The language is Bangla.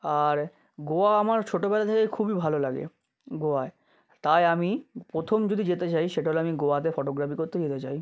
আর গোয়া আমার ছোটবেলা থেকে খুবই ভালো লাগে গোয়ায় তাই আমি প্রথম যদি যেতে চাই সেটা হলো আমি গোয়াতে ফটোগ্রাফি করতে যেতে চাই